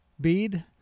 bead